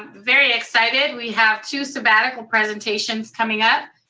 very excited, we have two sabbatical presentations coming up.